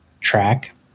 track